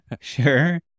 Sure